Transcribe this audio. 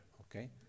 okay